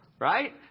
Right